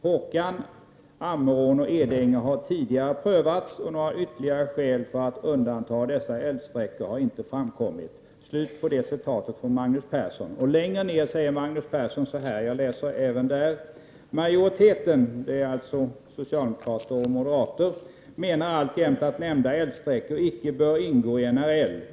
Hårkan, Ammerån och Edänge har tidigare prövats, och några ytterligare skäl för att undanta dessa älvsträckor har inte framkommit. --- Majoriteten” — dvs. socialdemokraterna och moderaterna — ”menar alltjämt att nämnda älvsträckor inte bör ingå NRL.